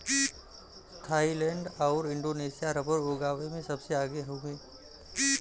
Thailand आउर Indonesia rubber उगावे में सबसे आगे हउवे